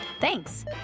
Thanks